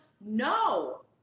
No